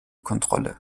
kontrolle